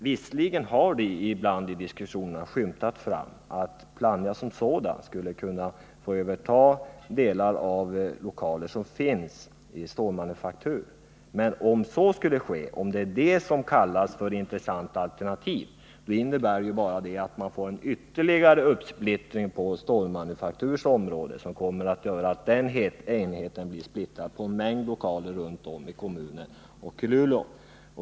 Visserligen har det ibland i diskussionerna skymtat fram att Plannja som sådant skulle kunna få överta delar av lokaler som finns inom stålmanufaktur. Om det är det som kallas intressant alternativ, innebär det bara att man får ytterligare uppsplittring på stålmanufakturens område. Då kommer den enheten att splittras på en mängd lokaler runt om i Luleå.